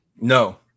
No